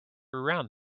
around